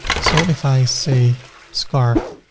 so if i say scarf,